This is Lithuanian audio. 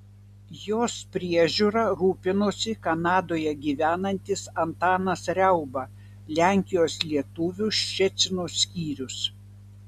jos priežiūra rūpinosi kanadoje gyvenantis antanas riauba lenkijos lietuvių ščecino skyrius